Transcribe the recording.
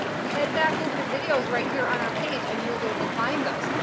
head back over to videos right here on our page and you will be able to find those.